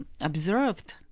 observed